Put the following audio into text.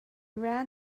ran